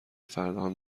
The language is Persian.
فرداهم